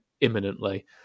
imminently